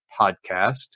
Podcast